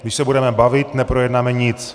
Když se budeme bavit, neprojednáme nic!